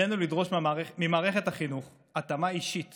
עלינו לדרוש ממערכת החינוך התאמה אישית